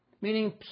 meaning